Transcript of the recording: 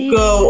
go